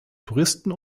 touristen